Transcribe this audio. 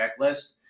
checklist